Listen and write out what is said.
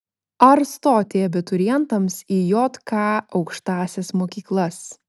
ar stoti abiturientams į jk aukštąsias mokyklas